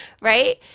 right